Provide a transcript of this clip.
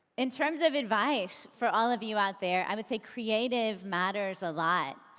in terms of advice, for all of you out there, i would say creative matters a lot.